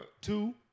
Two